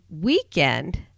weekend